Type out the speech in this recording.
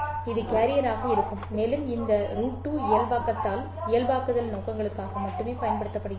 இது கேரியராக இருக்கும் மேலும் இந்த √2 இயல்பாக்குதல் நோக்கங்களுக்காக மட்டுமே பயன்படுத்தப்படுகிறது